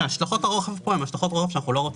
השלכות הרוחב כאן הן השלכות רוחב שאנחנו לא רוצים.